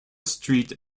street